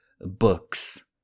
books